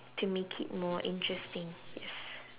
to make it more interesting yes